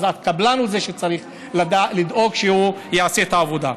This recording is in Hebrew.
הקבלן הוא שצריך לדאוג שהוא יעשה את העבודה.